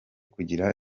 kugira